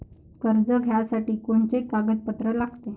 कर्ज घ्यासाठी कोनचे कागदपत्र लागते?